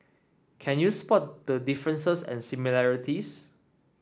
can you spot the differences and similarities